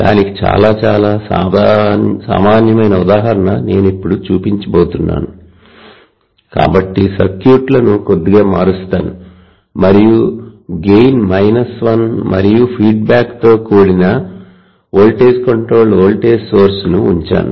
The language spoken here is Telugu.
దానికి చాలా చాలా సామాన్యమైన ఉదాహరణ నేను ఇప్పుడు చూపించబోతున్నాను కాబట్టి సర్క్యూట్లను కొద్దిగా మారుస్తాను మరియు గెయిన్ 1 మరియు ఫీడ్బ్యాక్ తో కూడిన వోల్టేజ్ కంట్రోల్డ్ వోల్టేజ్ సోర్స్ ను ఉంచాను